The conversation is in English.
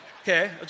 Okay